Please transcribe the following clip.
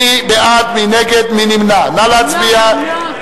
מי בעד, מי נגד, מי נמנע?